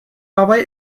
هوای